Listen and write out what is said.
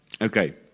Okay